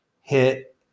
hit